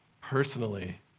personally